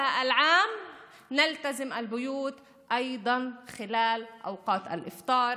בשנה זו נישאר בבתים גם במהלך זמני האיפטאר